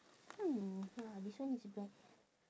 hmm ya this one is black